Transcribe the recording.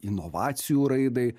inovacijų raidai